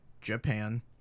Japan